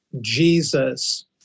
Jesus